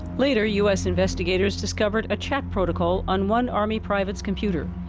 later, u s. investigators discovered a chat protocol on one army private's computer.